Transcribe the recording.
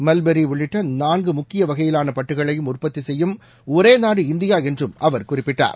mulberry உள்ளிட்ட நான்கு முக்கிய வகையிலான பட்டுகளையும் உற்பத்தி செய்யும் ஒரே நாடு இந்தியா என்றும் அவர் குறிப்பிட்டார்